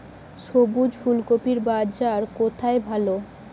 সবুজ ফুলকপির বাজার কোথায় ভালো?